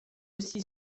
aussi